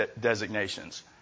designations